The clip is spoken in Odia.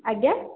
ଆଜ୍ଞା